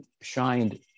shined